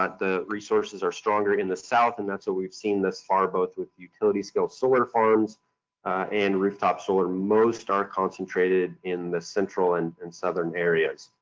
but the resources are stronger in the south, and that's what we've seen thus far both with utility scale solar farms and rooftop solar. most are concentrated in the central and and southern areas.